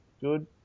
good